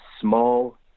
small